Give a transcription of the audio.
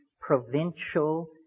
provincial